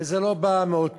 וזה לא בא מאותן